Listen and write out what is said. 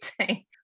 say